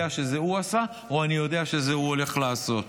שזה הוא עשה או אני יודע שזה הוא הולך לעשות.